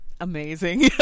amazing